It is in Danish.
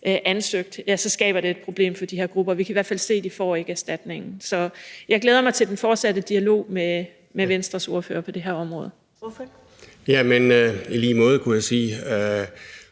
ansøgt, skaber et problem for de her grupper, og vi kan i hvert fald se, at de ikke får erstatningen. Så jeg glæder mig til den fortsatte dialog med Venstres ordfører på det her område. Kl. 10:24 Første